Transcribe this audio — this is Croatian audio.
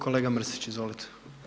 Kolega Mrsić izvolite.